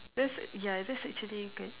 that's ya that's actually get